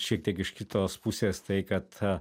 šiek tiek iš kitos pusės tai kad